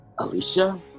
Alicia